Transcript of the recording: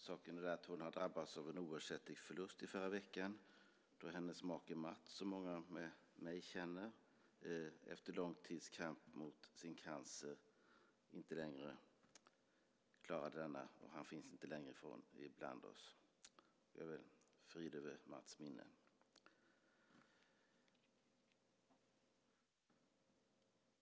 Saken är den att hon drabbades av en oersättlig förlust i förra veckan då hennes make Mats, som många med mig känner, efter lång tids kamp mot sin cancer inte längre klarade denna och nu inte längre finns bland oss. Frid över Mats minne!